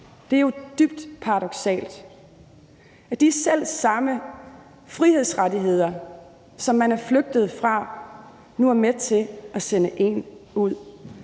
Det er jo dybt paradoksalt, at de selv samme frihedsrettigheder, som man er flygtet til, nu er med til at sende en ud.